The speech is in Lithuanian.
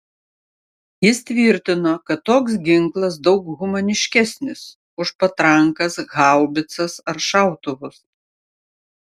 jis tvirtino kad toks ginklas daug humaniškesnis už patrankas haubicas ar šautuvus